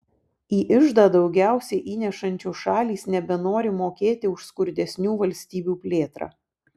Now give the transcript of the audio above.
į iždą daugiausiai įnešančios šalys nebenori mokėti už skurdesnių valstybių plėtrą